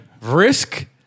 Risk